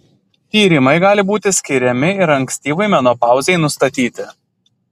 tyrimai gali būti skiriami ir ankstyvai menopauzei nustatyti